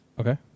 Okay